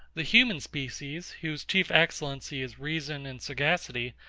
the human species, whose chief excellency is reason and sagacity,